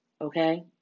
okay